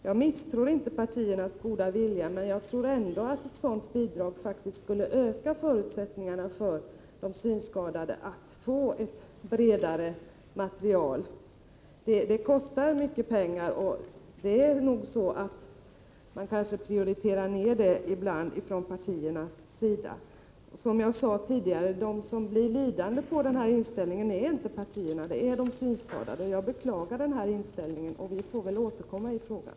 Jag misstror inte partiernas goda vilja, men jag tror ändå att ett sådant bidrag skulle öka förutsättningarna för de synskadade att få ett bredare material. Det kostar mycket pengar, och partierna kanske inte prioriterar det. Som jag tidigare sade är det de synskadade som blir lidande, inte partierna. Jag beklagar denna inställning, och vi får väl återkomma i frågan.